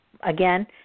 again